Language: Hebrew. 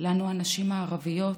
לנו, הנשים הערביות,